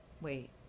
Wait